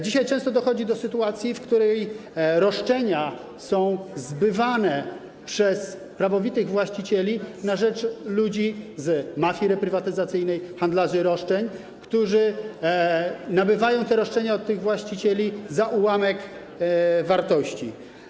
Dzisiaj często dochodzi do sytuacji, w której roszczenia są zbywane przez prawowitych właścicieli na rzecz ludzi z mafii reprywatyzacyjnej, handlarzy roszczeń, którzy nabywają te roszczenia od tych właścicieli za ułamek wartości.